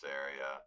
area